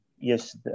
Yes